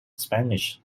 spanish